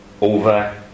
over